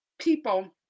people